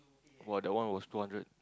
!wah! that one was two hundred